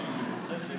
מגוחכת,